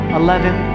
eleven